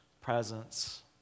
presence